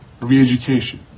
re-education